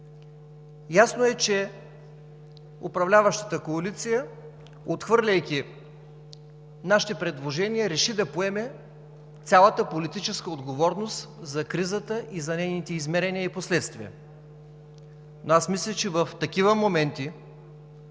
Ясно е, че управляващата коалиция, отхвърляйки нашите предложения, реши да поеме цялата политическа отговорност за кризата, нейните измерения и последствия. Мисля, че в такива моменти